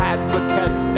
Advocate